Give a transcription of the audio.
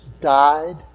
died